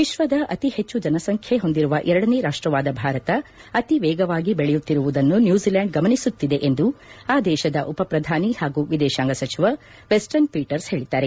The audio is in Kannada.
ವಿಶ್ವದ ಅತಿ ಹೆಚ್ಚು ಜನಸಂಖ್ಯೆ ಹೊಂದಿರುವ ಎರಡನೇ ರಾಷ್ಟವಾದ ಭಾರತ ಅತಿ ವೇಗವಾಗಿ ಬೆಳೆಯುತ್ತಿರುವುದನ್ನು ನ್ಯೂಜಲೆಂಡ್ ಗಮನಿಸುತ್ತಿದೆ ಎಂದು ಆ ದೇಶದ ಉಪಪ್ರಧಾನಿ ಹಾಗೂ ವಿದೇಶಾಂಗ ಸಚಿವ ವೆಸ್ಟರ್ನ್ ಪೀಟರ್ಸ್ ಹೇಳಿದ್ದಾರೆ